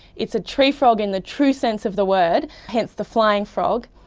it's a tree frog in the true sense of the word, hence the flying frog.